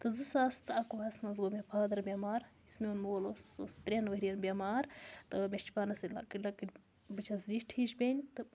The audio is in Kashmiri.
تہٕ زٕ ساس تہٕ اَکہٕ وُہَس منٛز گوٚو مےٚ فادَر بٮ۪مار یُس میون مول اوس سُہ اوس ترٛٮ۪ن ؤریَن بٮ۪مار تہٕ مےٚ چھِ پانَس سۭتۍ لۄکٕٹۍ لۄکٕٹۍ بہٕ چھَس زِٹھ ہِش بیٚنہِ تہٕ